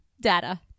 data